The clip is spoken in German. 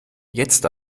jetzt